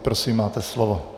Prosím, máte slovo.